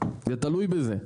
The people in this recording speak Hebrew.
זה תלוי בזה.